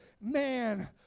man